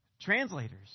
translators